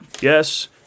Yes